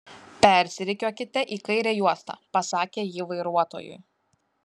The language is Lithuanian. persirikiuokite į kairę juostą pasakė ji vairuotojui